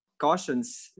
Cautions